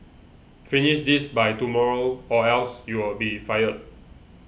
finish this by tomorrow or else you'll be fired